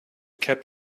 kept